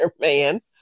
Man